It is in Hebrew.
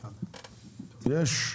יש?